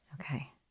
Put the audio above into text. Okay